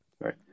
Right